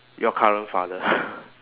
your current father